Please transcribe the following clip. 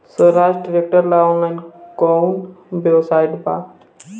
सोहराज tractor ला online कोउन website बा?